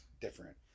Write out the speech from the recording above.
different